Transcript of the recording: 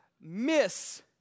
miss